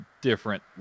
different